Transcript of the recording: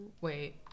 Wait